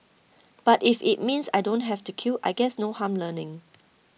but if it means I don't have to queue I guess no harm learning